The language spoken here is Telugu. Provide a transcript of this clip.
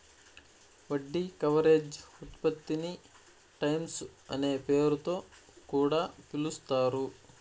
వడ్డీ కవరేజ్ ఉత్పత్తిని టైమ్స్ అనే పేరుతొ కూడా పిలుస్తారు